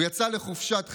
והוא יצא לחופשת חג.